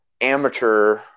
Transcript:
amateur